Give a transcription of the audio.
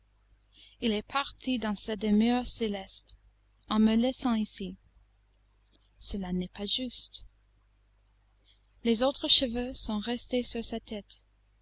il est parti dans sa demeure céleste en me laissant ici cela n'est pas juste les autres cheveux sont restés sur sa tête